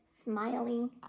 smiling